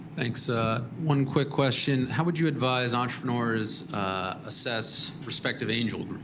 thanks. ah one quick question how would you advise entrepreneurs assess prospective angel